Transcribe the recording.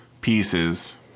Pieces